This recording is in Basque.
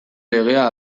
legea